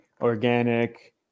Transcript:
organic